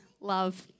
love